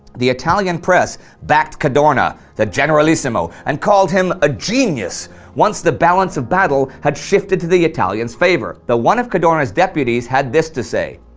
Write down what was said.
the italian press backed cadorna the generalissimo and called him a genius once the balance of battle had shifted to the italians' favor, though one of cadorna's deputies had this to say,